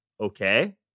Okay